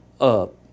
up